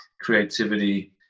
creativity